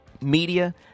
media